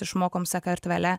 išmokom sakartvele